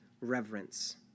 reverence